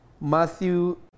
Matthew